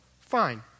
fine